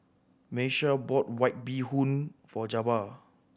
Miesha bought White Bee Hoon for Jabbar